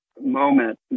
moment